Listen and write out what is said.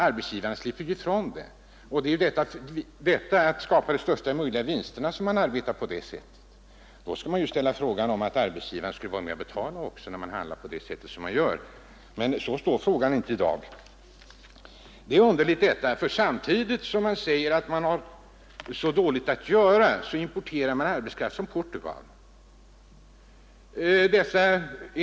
Arbetsgivarna slipper ifrån det, och det är för att skapa största möjliga vinster som de arbetar på detta sätt. När de handlar som de gör bör man resa frågan om inte arbetsgivarna också borde bidra till att betala för detta. Men sådant är läget inte i dag. Jag finner det underligt att företagen det här gäller samtidigt som man säger att man har så litet att göra, importerar arbetskraft från Portugal.